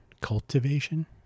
cultivation